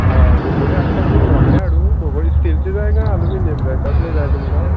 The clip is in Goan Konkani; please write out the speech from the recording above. आं बोगोणें हाडटा पूण व्हडलें हाडूं भोगोणें स्टीलचें जाय काय आलुमिनीयम जाय तसलें जाय तुमकां